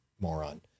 moron